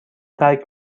ترک